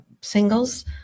singles